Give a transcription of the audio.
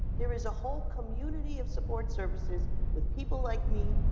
there is a whole community of support services with people like me,